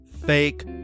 Fake